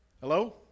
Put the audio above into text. Hello